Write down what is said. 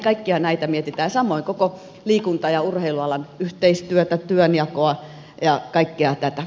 kaikkia näitä mietitään samoin koko liikunta ja urheilualan yhteistyötä työnjakoa ja kaikkea tätä